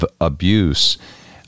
abuse